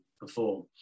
perform